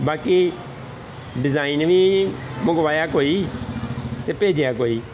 ਬਾਕੀ ਡਿਜ਼ਾਇਨ ਵੀ ਮੰਗਵਾਇਆ ਕੋਈ ਅਤੇ ਭੇਜਿਆ ਕੋਈ